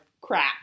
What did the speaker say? crap